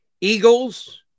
Eagles